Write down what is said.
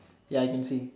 ya I can see